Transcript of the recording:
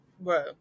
Bro